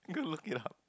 go look it up